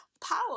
power